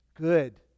Good